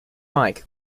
mike